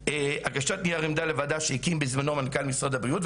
הגשת נייר עמדה לוועדה שהקים בזמנו מנכ"ל משרד הבריאות,